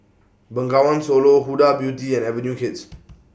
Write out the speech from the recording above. Bengawan Solo Huda Beauty and Avenue Kids